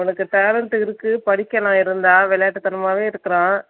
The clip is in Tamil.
அவனுக்கு டேலெண்டு இருக்கு படிக்கலான் இருந்தால் விளையாட்டு தனமாகவே இருக்கிறான்